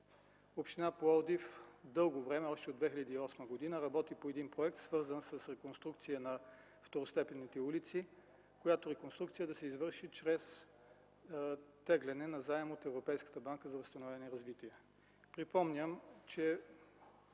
община Пловдив дълго време, още от 2008 г., работи по един проект, свързан с реконструкция на второстепенните улици, която реконструкция да се извърши чрез теглене на заем от Европейската банка за възстановяване и развитие. Припомням, че